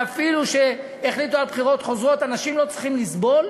ואפילו שהחליטו על בחירות חוזרות אנשים לא צריכים לסבול,